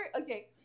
okay